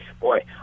Boy